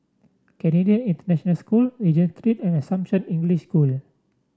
Canadian International School Regent Street and Assumption English School